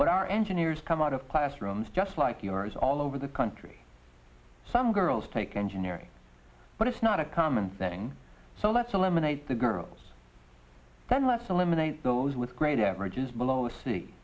but our engineers come out of classrooms just like yours all over the country some girls take engineering but it's not a common thing so let's eliminate the girls then let's eliminate those with grade averages below see